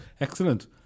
Excellent